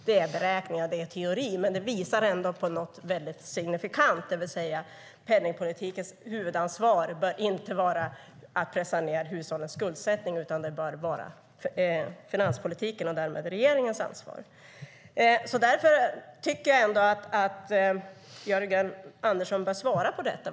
Det är beräkningar, det är teori, men det visar ändå på något väldigt signifikant, det vill säga att penningpolitikens huvudansvar inte bör vara att pressa ned hushållens skuldsättning, utan det bör vara finanspolitikens och därmed regeringens ansvar. Jag tycker ändå att Jörgen Andersson bör svara på detta.